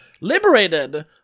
liberated